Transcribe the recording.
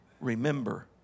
Remember